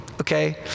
okay